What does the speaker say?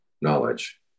knowledge